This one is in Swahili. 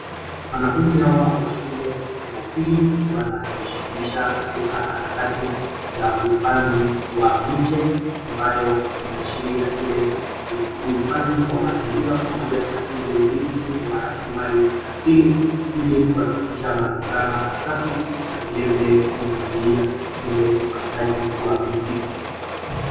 Wanafunzi hawa wa shule ya upili wanajishughulisha katika harakati za upanzi wa miche ambayo inaashiria ile huifadhi wa mazingira pamoja na ile udhibiti wa raslimali za asili ili kuhakikisha mazingira masafi na vile vile inazuia ile ukataji wa misitu.